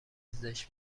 زشت